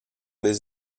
des